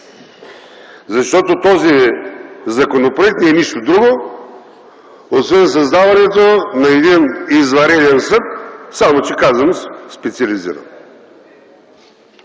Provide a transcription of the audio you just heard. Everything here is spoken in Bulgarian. Този законопроект не е нищо друго, освен създаването на един извънреден съд, само че казано – специализиран.